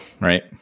right